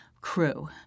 crew